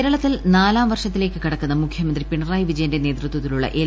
കേരളത്തിൽ നാലാംവർഷത്തിലേക്ക് കടക്കുന്ന മുഖ്യമന്ത്രി പിണറായി വിജയന്റെ നേതൃത്വത്തിലുള്ള എൽ